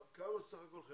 כמה חיילים בסך הכול?